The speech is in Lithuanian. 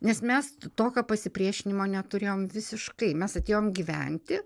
nes mes tokio pasipriešinimo neturėjom visiškai mes atėjom gyventi